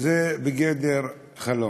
בגדר חלום.